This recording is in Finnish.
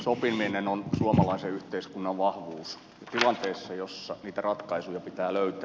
sopiminen on suomalaisen yhteiskunnan vahvuus tilanteessa jossa niitä ratkaisuja pitää löytää